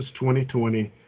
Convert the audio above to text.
2020